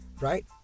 right